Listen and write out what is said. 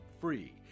free